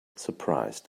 surprised